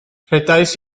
rhedais